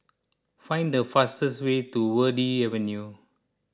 find the fastest way to Verde Avenue